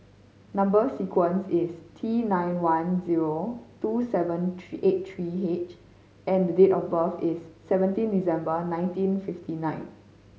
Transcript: number sequence is T nine one zero two seven three eight three H and the date of birth is seventeen December nineteen fifty nine